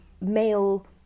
male